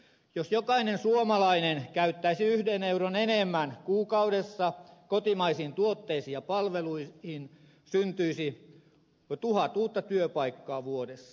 jos jokainen suomalainen käyttäisi yhden euron enemmän kuukaudessa kotimaisiin tuotteisiin ja palveluihin syntyisi tuhat uutta työpaikkaa vuodessa